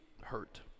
hurt